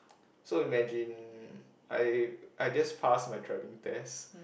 so imagine I I just pass my driving test